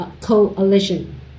coalition